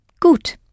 Gut